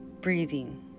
breathing